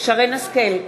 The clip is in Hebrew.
שרן השכל,